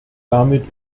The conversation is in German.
damit